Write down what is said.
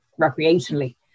recreationally